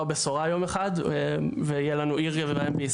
הבשורה יום אחד ותהיה לנו עיר --- בישראל.